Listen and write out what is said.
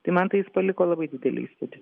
tai man tai jis paliko labai didelį įspūdį